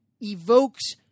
evokes